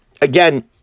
again